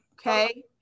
Okay